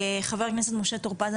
חבר הכנסת משה טור פז,